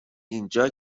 اینجا